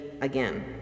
again